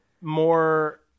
more